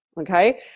Okay